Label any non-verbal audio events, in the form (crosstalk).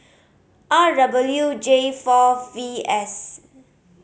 R (unintelligible) J four V S